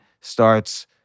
starts